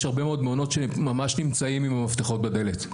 יש הרבה מאוד מעונות שממש נמצאים עם המפתחות בדלת.